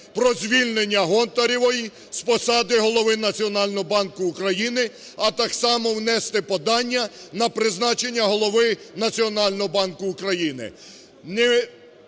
про звільнення Гонтаревої з посади голови Національного банку України, а так само внести подання на призначення голови Національного банку України.